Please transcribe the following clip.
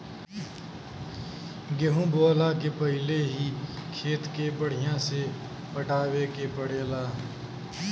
गेंहू बोअला के पहिले ही खेत के बढ़िया से पटावे के पड़ेला